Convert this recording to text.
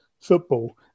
football